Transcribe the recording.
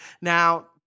Now